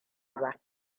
ba